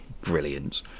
brilliant